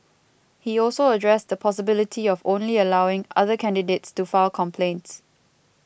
he also addressed the possibility of only allowing other candidates to file complaints